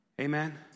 Amen